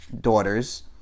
daughters